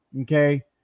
okay